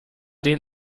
den